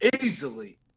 easily